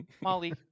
Molly